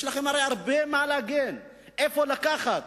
הרי יש לכם הרבה מה להגן, מאיפה לקחת,